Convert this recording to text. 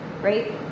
right